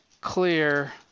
clear